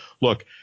Look